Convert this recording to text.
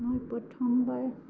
মই প্ৰথমবাৰ